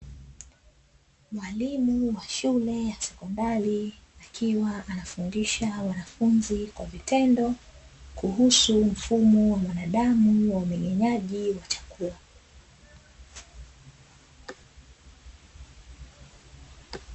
Mwalimu wa shule ya sekondari akiwa anafundisha wanafunzi kwa vitendo, kuhusu mfumo wa mwanadamu wa umeng’enyaji wa chakula.